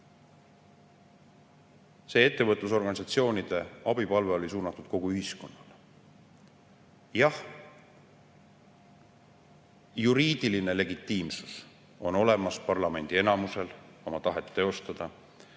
See ettevõtlusorganisatsioonide abipalve oli suunatud kogu ühiskonnale. Jah, juriidiline legitiimsus on olemas parlamendi enamusel oma tahet teostada,